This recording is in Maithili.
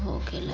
आहाँ खेलहुॅं